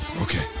Okay